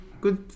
good